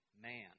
man